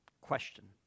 question